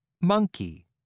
monkey